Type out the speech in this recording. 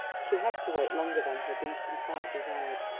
she had to wait longer than her beating heart desired.